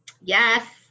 Yes